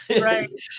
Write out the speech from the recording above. Right